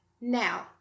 Now